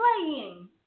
playing